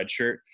redshirt